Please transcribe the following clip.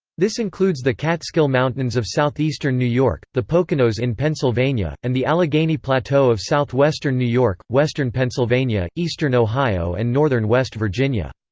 this includes the catskill mountains of southeastern new york, the poconos in pennsylvania, and the allegheny plateau of southwestern new york, western pennsylvania, eastern ohio and northern west virginia.